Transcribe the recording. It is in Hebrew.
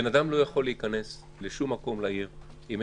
אדם לא יכול להיכנס לשום מקום בעיר,